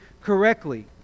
correctly